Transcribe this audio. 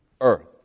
earth